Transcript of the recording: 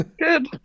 Good